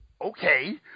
Okay